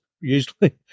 usually